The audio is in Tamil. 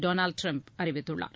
டொனால்டு ட்ரம்ப் அறிவித்துள்ளார்